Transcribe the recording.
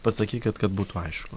pasakykit kad būtų aišku